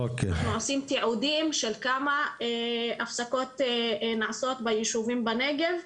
אנחנו עושים תיעודים של כמה הפסקות נעשות ביישובים בנגב.